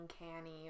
uncanny